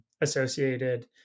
associated